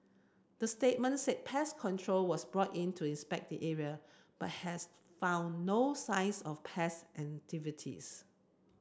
the statement said pest control was brought in to inspect the area but has found no signs of pest activity